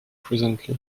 presently